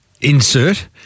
Insert